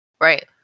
Right